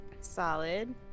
Solid